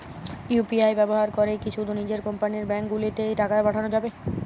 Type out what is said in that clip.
UPI ব্যবহার করে কি শুধু নিজের কোম্পানীর ব্যাংকগুলিতেই টাকা পাঠানো যাবে?